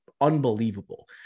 unbelievable